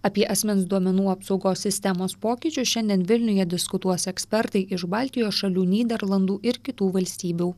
apie asmens duomenų apsaugos sistemos pokyčius šiandien vilniuje diskutuos ekspertai iš baltijos šalių nyderlandų ir kitų valstybių